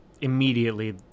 immediately